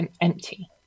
empty